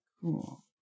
Cool